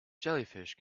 jellyfish